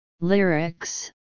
Lyrics